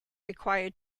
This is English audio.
required